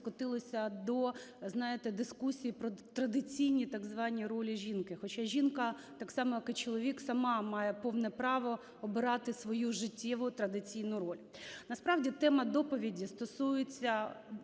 скотилося до, знаєте, дискусії про традиційні так звані ролі жінки, хоча жінка так само, як і чоловік, сама має повне право обирати свою життєву традиційну роль. Насправді тема доповіді стосується